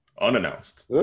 Unannounced